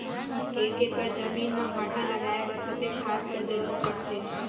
एक एकड़ जमीन म भांटा लगाय बर कतेक खाद कर जरूरत पड़थे?